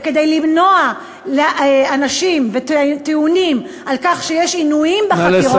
וכדי למנוע מאנשים טענות שיש עינויים בחקירות,